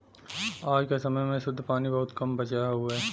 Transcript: आज क समय में शुद्ध पानी बहुत कम बचल हउवे